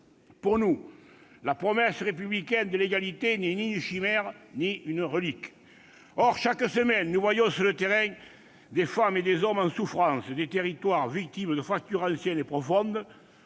Pour nous, la promesse républicaine de l'égalité n'est ni une chimère ni une relique. Or, chaque semaine, nous voyons sur le terrain des femmes et des hommes en souffrance, des territoires victimes de fractures anciennes et profondes.